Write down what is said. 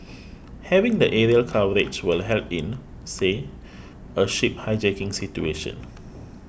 having the aerial coverage will help in say a ship hijacking situation